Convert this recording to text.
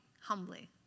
humbly